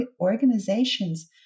organizations